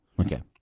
Okay